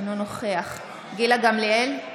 אינו נוכח גילה גמליאל,